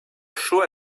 sure